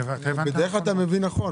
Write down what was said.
הבנת נכון.